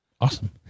Awesome